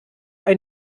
ein